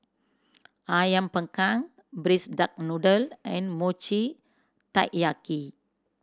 Ayam Panggang braise duck noodle and Mochi Taiyaki